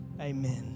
Amen